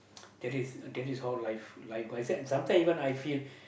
that is that is all life like I said sometimes even I feel